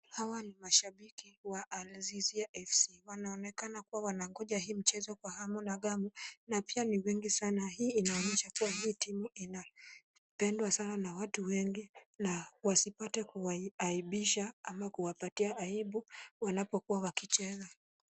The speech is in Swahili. Hawa ni mashabiki wa Alzizia FC. Wanaonekana kuwa wanakuja hii mchezo kwa hamu na ghamu na pia ni wengi sana. Hii inaonyesha kuwa hii timu inapendwa sana na watu wengi na wasipate kuwaaibisha ama kuwapatia aibu wanapokuwa wakicheza.